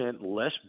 less